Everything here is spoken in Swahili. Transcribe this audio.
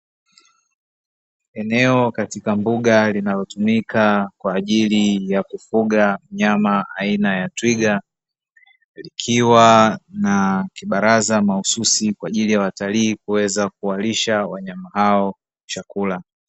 Eneo katika mbuga linalotumika kwa ajili ya kufuga mnyama aina ya twiga. Likiwa na kibaraza mahususi kwa ajili ya watalii kuweza kuwalisha wanyama hao chakula.